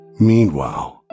Meanwhile